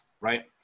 right